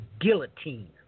guillotine